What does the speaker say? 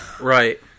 Right